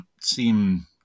seem